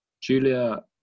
Julia